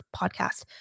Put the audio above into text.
podcast